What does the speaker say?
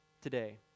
today